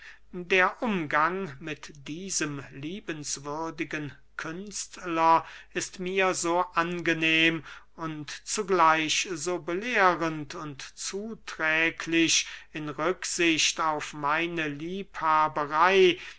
der umgang mit diesem liebenswürdigen künstler ist mir so angenehm und zugleich so belehrend und zuträglich in rücksicht auf meine liebhaberey